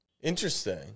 Interesting